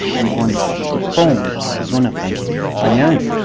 and one deformed is one of them i know him,